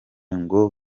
ngo